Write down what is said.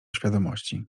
świadomości